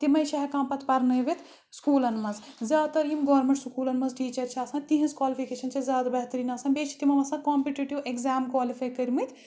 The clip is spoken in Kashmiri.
تِمَے چھِ ہٮ۪کان پَتہٕ پرنٲوِتھ سکوٗلَن منٛز زیادٕ تر یِم گورمینٹ سکوٗلَن مَنٛز ٹیٖچَر چھِ آسان تِہِنٛز کالفِکیشَن چھِ زیادٕ بہتریٖن آسان بیٚیہِ چھِ تِمو آسان کَمپِٹیٹو اٮ۪کزام کالِفے کٔرمٕتۍ